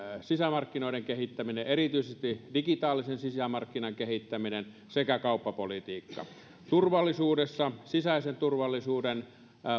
sisämarkkinoiden kehittäminen erityisesti digitaalisen sisämarkkinan kehittäminen sekä kauppapolitiikka turvallisuudessa sisäisen turvallisuuden